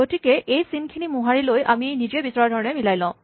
গতিকে এই চিনখিনি মোহাৰি লৈ আমি নিজে বিচৰা ধৰণে মিলাই লওঁ